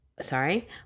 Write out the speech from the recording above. Sorry